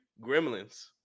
Gremlins